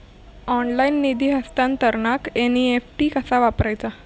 Online निधी हस्तांतरणाक NEFT कसा वापरायचा?